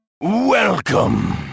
Welcome